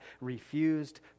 refused